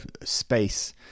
space